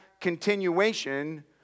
continuation